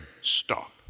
stop